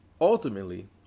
Ultimately